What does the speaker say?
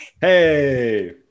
hey